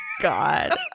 God